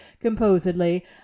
composedly